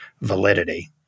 validity